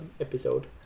episode